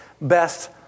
best